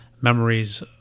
memories